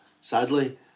sadly